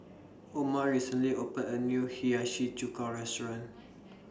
Oma recently opened A New Hiyashi Chuka Restaurant